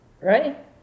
Right